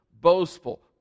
boastful